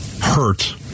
hurt